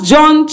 John